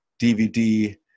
dvd